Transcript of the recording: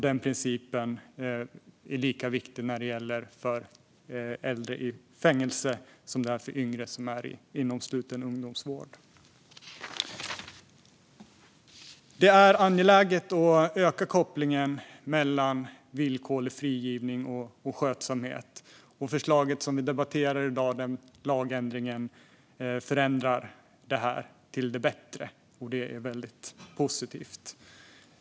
Den principen är lika viktig när det gäller äldre i fängelse som när det gäller yngre i sluten ungdomsvård. Det är angeläget att öka kopplingen mellan villkorlig frigivning och skötsamhet. Det förslag till lagändring som vi debatterar i dag förändrar detta till det bättre, och det är väldigt positivt.